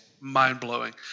mind-blowing